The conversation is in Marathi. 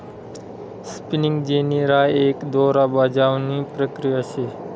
स्पिनिगं जेनी राय एक दोरा बजावणी प्रक्रिया शे